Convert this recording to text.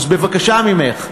אז בבקשה ממך.